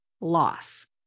loss